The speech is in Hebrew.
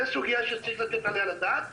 זו סוגייה שצריך לתת עליה את הדעת.